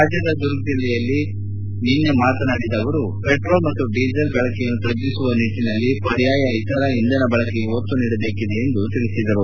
ರಾಜ್ಕದ ದುರ್ಗ್ ಜಿಲ್ಲೆಯ ಚರೋಡಾದಲ್ಲಿ ನಿನ್ನೆ ಮಾತನಾಡಿದ ಅವರು ಪೆಟ್ರೋಲ್ ಮತ್ತು ಡೀಸೆಲ್ ಬಳಕೆಯನ್ನು ತಗ್ಗಿಸುವ ನಿಟ್ಟಿನಲ್ಲಿ ಪರ್ಯಾಯ ಇತರ ಇಂಧನ ಬಳಕೆಗೆ ಒತ್ತು ನೀಡಬೇಕಿದೆ ಎಂದು ತಿಳಿಸಿದ್ದಾರೆ